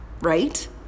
Right